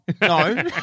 No